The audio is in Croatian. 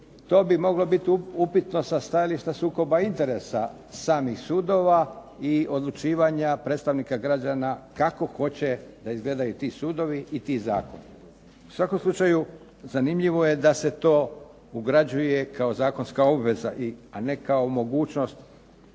to bi moglo biti upitno sa stajališta sukoba interesa samih sudova i odlučivanja predstavnika građana kako hoće da izgledaju ti sudovi i ti zakoni. U svakom slučaju zanimljivo je da se to ugrađuje kao zakonska obveza, a ne kao mogućnost